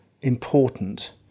important